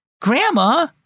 Grandma